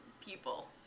people